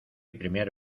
primer